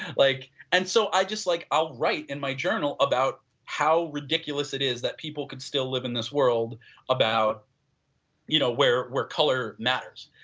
like and so i just like outright in my journal about how ridiculous it is that people could still live in these world about you know where where color matters,